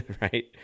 right